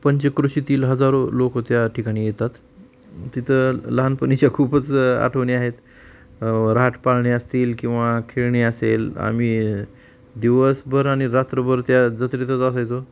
पंचक्रोशीतील हजारो लोक त्या ठिकाणी येतात तिथं लहानपणीच्या खूपच आठवणी आहेत रहाटपाळणे असतील किंवा खेळणी असेल आम्ही दिवसभर आणि रात्रभर त्या जत्रेतच असायचो